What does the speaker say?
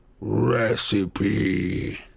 Recipe